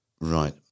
Right